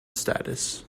status